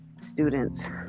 students